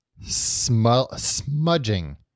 Smudging